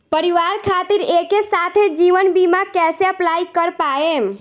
परिवार खातिर एके साथे जीवन बीमा कैसे अप्लाई कर पाएम?